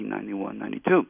1991-92